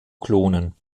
klonen